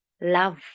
love